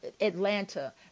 Atlanta